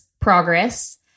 progress